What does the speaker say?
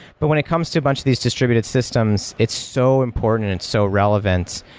but when it comes to bunch these distributed systems, it's so important, it's so relevant,